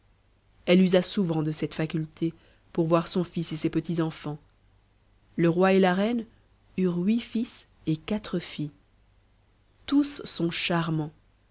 elle usa souvent de cette faculté pour voir son fils et ses petits-enfants le roi et la reine eurent huit fils et quatre filles tous sont charmants